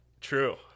True